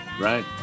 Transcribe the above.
Right